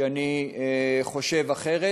שאני חושב אחרת,